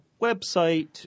website